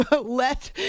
let